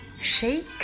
Shake